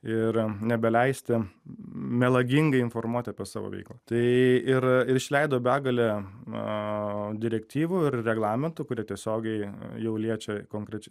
ir nebeleisti melagingai informuoti apie savo veiklą tai ir ir išleido begalę na direktyvų ir reglamentų kurie tiesiogiai jau liečia konkrečiai